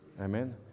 Amen